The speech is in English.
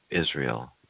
Israel